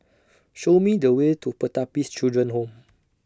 Show Me The Way to Pertapis Children Home